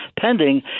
pending